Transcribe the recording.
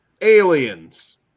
aliens